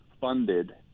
funded